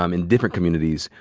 um in different communities,